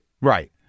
Right